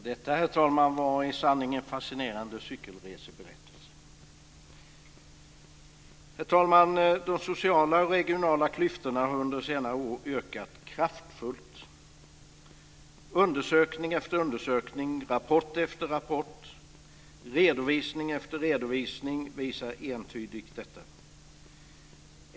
Herr talman! Detta var i sanning en fascinerande cykelreseberättelse. Herr talman! De sociala och regionala klyftorna har under senare år ökat kraftfullt. Undersökning efter undersökning, rapport efter rapport och redovisning efter redovisning visar entydigt detta.